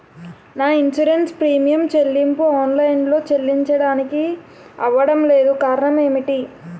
నా insurance premium చెల్లింపు online లో చెల్లించడానికి అవ్వడం లేదు కారణం ఏమిటి?